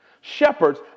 Shepherds